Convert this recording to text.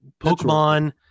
Pokemon